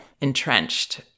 entrenched